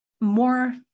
more